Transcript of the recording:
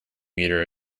meter